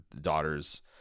daughter's